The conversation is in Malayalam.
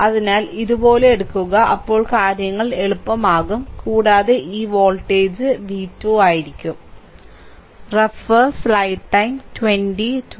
അതിനാൽ ഇതുപോലെ എടുക്കുക അപ്പോൾ കാര്യങ്ങൾ എളുപ്പമാകും കൂടാതെ ഈ വോൾട്ടേജ് v2 ആണ്